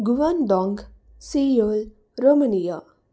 Guangdong Seoul Romania